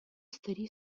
старі